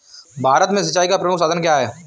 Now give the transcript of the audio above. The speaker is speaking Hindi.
भारत में सिंचाई का प्रमुख साधन क्या है?